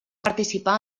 participar